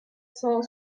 cent